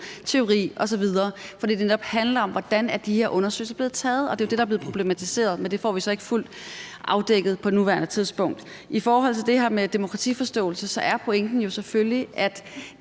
teori osv. Det er, fordi det netop handler om, hvordan de her undersøgelser er blevet lavet. Det er jo det, der er blevet problematiseret, men det får vi så ikke fuldt afdækket på nuværende tidspunkt. I forhold til det her med demokratiforståelse er pointen jo selvfølgelig, at